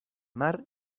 mar